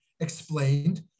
explained